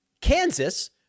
Kansas